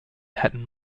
heaton